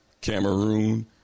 Cameroon